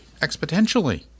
exponentially